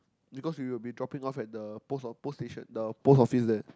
because you will be dropping off at the post post station the post office there